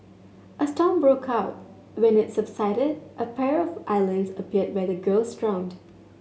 a storm broke out when it subsided a pair of islands appeared where the girls drowned